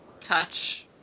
touch